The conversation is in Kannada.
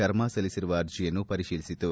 ಶರ್ಮಾ ಸಲ್ಲಿಸಿರುವ ಅರ್ಜೆಯನ್ನು ಪರಿತೀಲಿಸಿತು